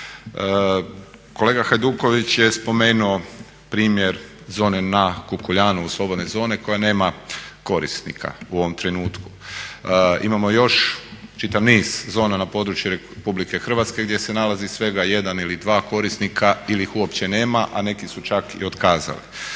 Kolega Hajduković je spomenuo primjer zone na Kukuljanu slobodne zone koja nema korisnika u ovom trenutku. Imamo još čitav niz zona na području RH gdje se nalazi svega jedan ili dva korisnika ili ih uopće nema a neki su čak i otkazali.